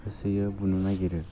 होसोयो बुनो नागिरो